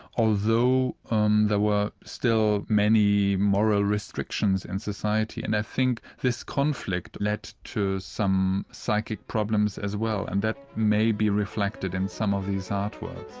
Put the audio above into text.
although um there were still many moral restrictions in society, and i think this conflict led to some psychic problems as well and that may be reflected in some of these artworks.